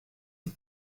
een